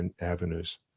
avenues